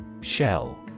Shell